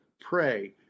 pray